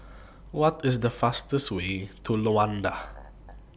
What IS The fastest Way to Luanda